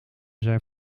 zijn